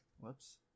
Whoops